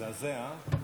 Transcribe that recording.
מזעזע, אה?